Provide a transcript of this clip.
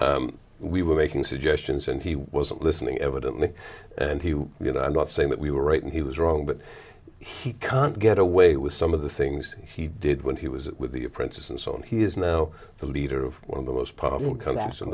all we were making suggestions and he wasn't listening evidently and he you know i'm not saying that we were right and he was wrong but he can't get away with some of the things he did when he was with the apprentice and so on he is now the leader of one of the most powerful collapse in